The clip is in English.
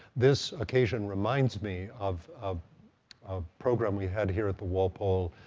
this occasion reminds me of a program we had here at the walpole,